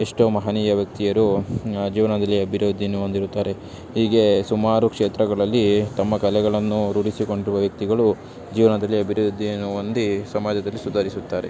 ಎಷ್ಟೋ ಮಹನೀಯ ವ್ಯಕ್ತಿಯರು ಜೀವನದಲ್ಲಿ ಅಭಿವೃದ್ಧಿಯನ್ನು ಹೊಂದಿರುತ್ತಾರೆ ಹೀಗೇ ಸುಮಾರು ಕ್ಷೇತ್ರಗಳಲ್ಲಿ ತಮ್ಮ ಕಲೆಗಳನ್ನು ರೂಢಿಸಿಕೊಂಡಿರುವ ವ್ಯಕ್ತಿಗಳು ಜೀವನದಲ್ಲಿ ಅಭಿವೃದ್ಧಿಯನ್ನು ಹೊಂದಿ ಸಮಾಜದಲ್ಲಿ ಸುಧಾರಿಸುತ್ತಾರೆ